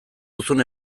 duzun